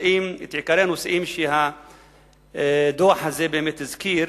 את עיקרי הנושאים שהדוח הזה באמת הזכיר: